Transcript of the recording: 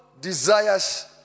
desires